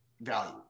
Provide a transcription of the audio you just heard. value